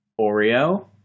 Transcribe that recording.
Oreo